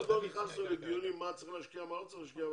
עוד לא נכנסנו לדיונים במה צריך להשקיע ובמה לא צריך להשקיע,